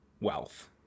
wealth